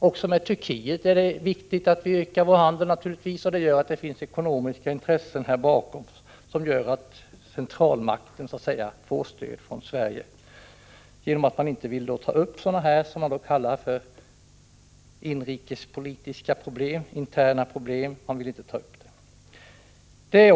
Det är naturligtvis också viktigt att vi ökar vår handel med Turkiet, och det gör att ekonomiska intressen ligger bakom det förhållandet att centralmakten får stöd från Sverige. Man vill inte ta upp sådana här — som man kallar dem — inrikes, interna problem.